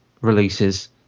releases